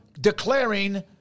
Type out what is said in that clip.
declaring